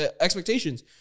expectations